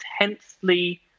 intensely